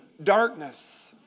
darkness